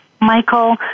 Michael